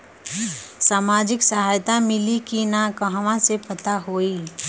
सामाजिक सहायता मिली कि ना कहवा से पता होयी?